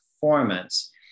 performance